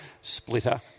Splitter